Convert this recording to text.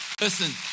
listen